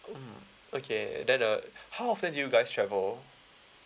mm okay then uh how often do you guys travel